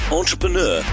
entrepreneur